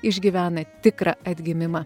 išgyvena tikrą atgimimą